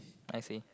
I see